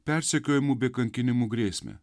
persekiojimų bei kankinimų grėsmę